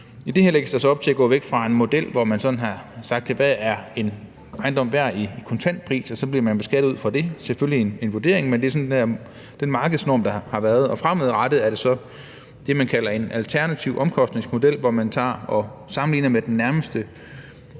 lovforslag lægges der så op til at gå væk fra en model, hvor man har sagt, hvad er en ejendom værd i kontantpris, og så bliver man beskattet ud fra det – det er selvfølgelig en vurdering. Men det er sådan den markedsnorm, der har været, og fremadrettet skal det så være det, man kalder en alternativ omkostningsmodel, hvor man tager og sammenligner det nærmeste